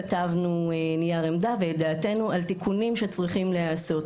כתבנו נייר עמדה ואת דעתנו על התיקונים שצריכים להיעשות.